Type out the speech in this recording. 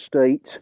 state